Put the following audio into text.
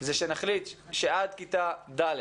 זה שנחליט שעד כיתה ד'